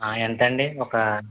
ఎంతండి ఒక